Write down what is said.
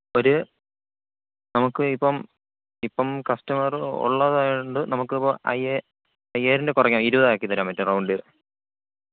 ഒരു നമുക്ക് ഇപ്പം ഇപ്പം കസ്റ്റമർ ഉള്ളതായതു കൊണ്ട് നമുക്കിപ്പം അയ്യേ അയ്യായിരം രൂപ കുറയ്ക്കാം ഇരുപതാക്കിത്തരാൻ പറ്റുമോ റൗണ്ട് ചെയ്ത്